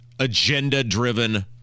Agenda-driven